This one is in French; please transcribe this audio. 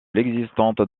l’existence